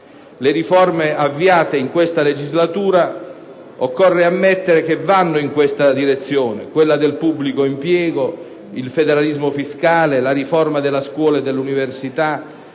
le riforme avviate in questa legislatura vanno in questa direzione: quella del pubblico impiego, il federalismo fiscale, la riforma della scuola e dell'università,